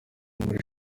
muri